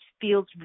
feels